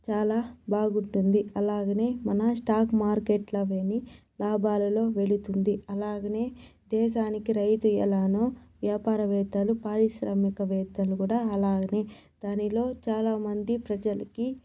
చాలా బాగుంటుంది అలాగనే మన స్టాక్ మార్కెట్ లన్నీ లాభాలలో వెళుతుంది అలాగనే దేశానికి రైతు ఎలానో వ్యాపారవేత్తలు పారిశ్రామికవేత్తలు కూడా అలాగనే దానిలో చాలా మంది ప్రజలకు